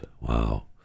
wow